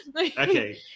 Okay